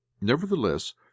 Nevertheless